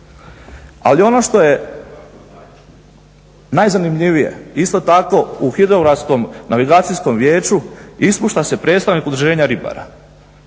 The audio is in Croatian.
Ali ono što je najzanimljivije isto tako u Hidrografskom navigacijskom vijeću ispušta se predstavnik Udruženja ribara.